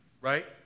Right